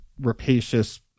rapacious